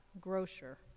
Grocer